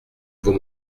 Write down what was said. vos